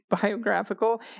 biographical